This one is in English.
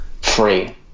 free